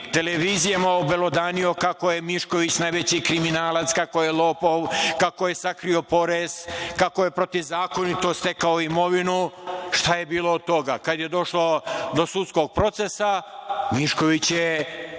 televizijama obelodanio kako je Mišković najveći kriminalac, kako je lopov, kako je sakrio porez, kako je protivzakonito stekao imovinu. Šta je bilo od toga? Kada je došlo do sudskog procesa Mišković je